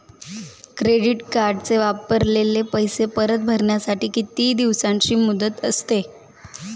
Credit कार्डचे वापरलेले पैसे परत भरण्यासाठी किती दिवसांची मुदत असते?